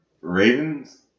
Ravens